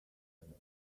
and